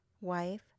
wife